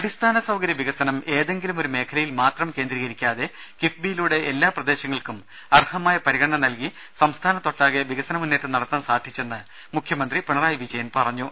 അടിസ്ഥാന സൌകര്യ വികസനം ഏതെങ്കിലുമൊരു മേഖലയിൽമാത്രം കേന്ദ്രീകരി ക്കാതെ കിഫ്ബിയിലൂടെ എല്ലാ പ്രദേശങ്ങൾക്കും അർഹമായ പരിഗണന നൽകി സംസ്ഥാനത്തൊട്ടാകെ വികസന മുന്നേറ്റം നടത്താൻ സാധിച്ചെന്ന് മുഖ്യമന്ത്രി പിണറായി വിജയൻ പറഞ്ഞു